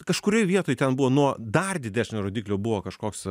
kažkurioj vietoj ten buvo nuo dar didesnio rodiklio buvo kažkoks